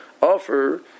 offer